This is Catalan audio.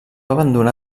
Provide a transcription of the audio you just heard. abandonà